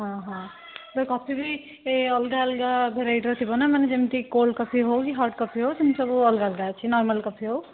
ହଁ ହଁ ସେ କଫି ବି ଏ ଅଲଗା ଅଲଗା ଭେରାଇଟିର ଥିବନା ମାନେ ଯେମିତି କୋଲ୍ଡ କଫି ହଉ କି ହଟ୍ କଫି ହଉ ସେମିତି ସବୁ ଅଲଗା ଅଲଗା ଅଛି ନର୍ମାଲ କଫି ହଉ